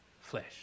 Flesh